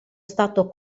stato